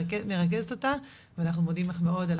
מרכזת אותה ואנחנו מודים לך מאוד.